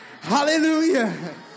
Hallelujah